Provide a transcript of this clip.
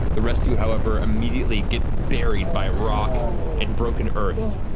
the rest of you, however, immediately get buried by rock and broken earth,